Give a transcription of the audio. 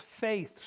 faith